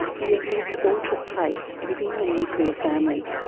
the abuse all took place within the nuclear family.